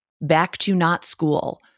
back-to-not-school